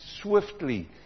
swiftly